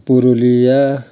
Purulia